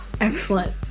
excellent